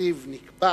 שהתקציב נקבע